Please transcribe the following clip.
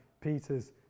Peter's